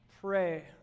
pray